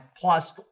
plus